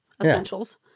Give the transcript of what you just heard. essentials